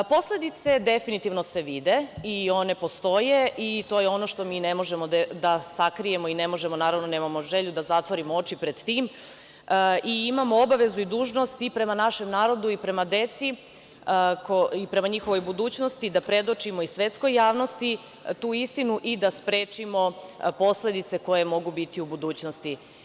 Posledice definitivno se vide i one postoje i to je ono što mi ne možemo da sakrijemo i ne možemo, nemamo želju da zatvorimo oči pred tim i imamo obavezu i dužnost i prema našem narodu i prema deci i prema njihovoj budućnosti da predočimo i svetskoj javnosti tu istinu i da sprečimo posledice koje mogu biti u budućnosti.